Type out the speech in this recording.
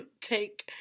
take